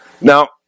Now